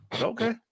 Okay